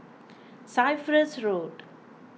Cyprus Road